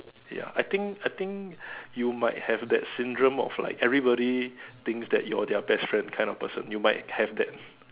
ya I think I think you might have that syndrome of like everybody thinks that you're their best friend kind of person you might have that